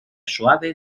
suave